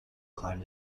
climb